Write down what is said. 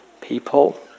people